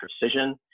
precision